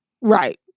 Right